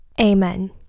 Amen